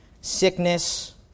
sickness